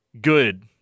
Good